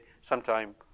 sometime